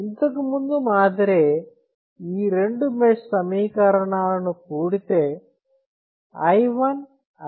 ఇంతకు ముందు మాదిరే ఈ రెండు మెష్ సమీకరణాలను కూడితే i1 R11